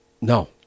No